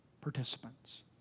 participants